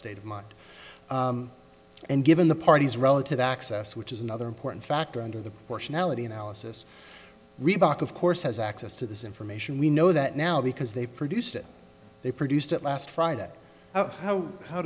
statement and given the parties relative access which is another important factor under the porch analogy analysis reebok of course has access to this information we know that now because they produced it they produced it last friday how how